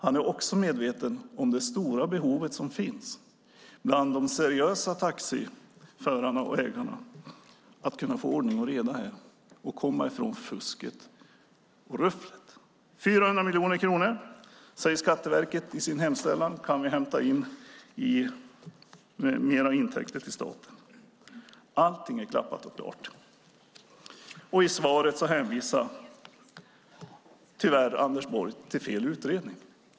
Anders Borg är medveten om det stora behov som finns bland de seriösa taxiförarna och taxiägarna av att få ordning och reda i detta och komma ifrån fusket och rufflet. Det är 400 miljoner kronor som vi kan hämta in i mer intäkter till staten, säger Skatteverket i sin hemställan. Allt är klappat och klart. I svaret hänvisar tyvärr Anders Borg till fel utredning.